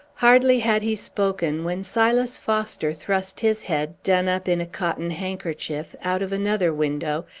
hardly had he spoken, when silas foster thrust his head, done up in a cotton handkerchief, out of another window,